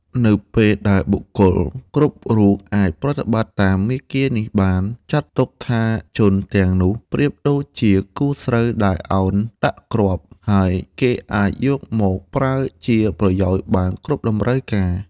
នៅពេល ដែលបុគ្គលគ្រប់រូបអាចប្រតិបត្តិតាមមាគ៌ានេះបាន ចាត់ទុកថាជន ទាំងនោះប្រៀបដូចជាគួរស្រូវដែលឱនដាក់គ្រាប់ ហើយគេអាចយកមកប្រើជាប្រយោជន៍បាន គ្រប់តម្រូវការ។